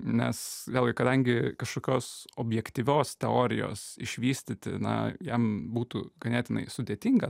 nes vėlgi kadangi kažkokios objektyvios teorijos išvystyti na jam būtų ganėtinai sudėtinga